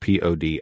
Pod